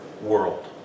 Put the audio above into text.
world